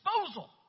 disposal